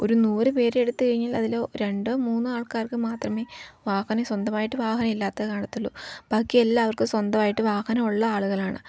ഒരു നൂറ് പേരെ എടുത്തു കഴിഞ്ഞാൽ അതിൽ രണ്ടോ മൂന്നോ ആൾക്കാർക്കു മാത്രമേ വാഹനം സ്വന്തമായിട്ട് വാഹനം ഇല്ലാത്തതു കാണത്തുള്ളൂ ബാക്കി എല്ലാവർക്കും സ്വന്തമായിട്ട് വാഹനം ഉള്ള ആളുകളാണ്